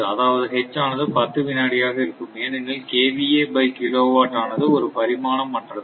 அதாவது H ஆனது 10 வினாடியாக இருக்கும் ஏனெனில் கேவிஏ பை கிலோவாட் ஆனது ஒரு பரிமாணம் அற்றது